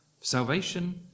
Salvation